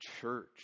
church